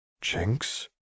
Jinx